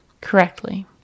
correctly